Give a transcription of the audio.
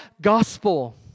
gospel